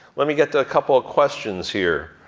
let me get a couple of questions here.